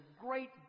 great